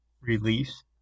release